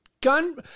gun